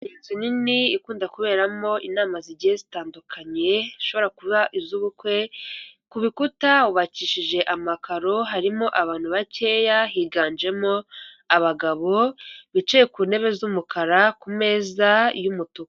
inzu nini ikunda kuberamo inama zigiye zitandukanye, zishobora kuba iz'ubukwe, ku bikuta hubakishije amakaro, harimo abantu bakeya, higanjemo abagabo bicaye ku ntebe z'umukara, ku meza y'umutuku.